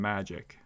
Magic